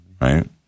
right